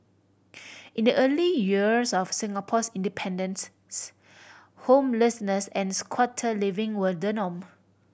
in the early years of Singapore's independence's homelessness and squatter living were the norm